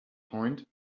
point